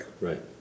Right